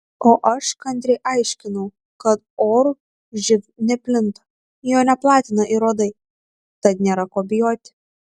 o aš kantriai aiškinau kad oru živ neplinta jo neplatina ir uodai tad nėra ko bijoti